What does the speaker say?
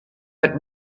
but